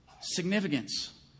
Significance